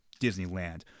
Disneyland